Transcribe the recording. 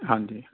ਹਾਂਜੀ